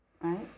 Right